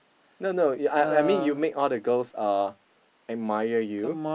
no no you I I mean you make all the girls uh admire you